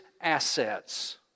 assets